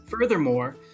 furthermore